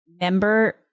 member